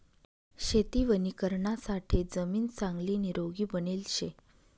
शेती वणीकरणासाठे जमीन चांगली निरोगी बनेल शे